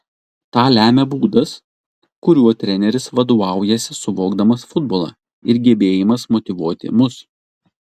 tą lemia būdas kuriuo treneris vadovaujasi suvokdamas futbolą ir gebėjimas motyvuoti mus